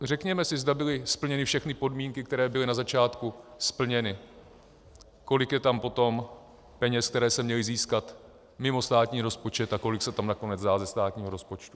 Řekněme si, zda byly splněny všechny podmínky, které byly na začátku splněny, kolik je tam potom peněz, které se měly získat mimo státní rozpočet, a kolik se tam nakonec dá ze státního rozpočtu.